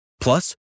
plus